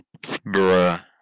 Bruh